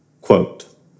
Quote